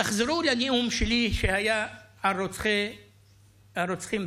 תחזרו לנאום שלי שהיה על הרוצחים באיתמר,